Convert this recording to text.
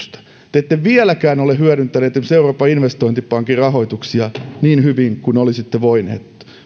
te ette vieläkään ole hyödyntäneet esimerkiksi euroopan investointipankin rahoituksia niin hyvin kuin olisitte voineet